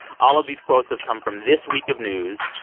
all of these quotes have come from this week of news,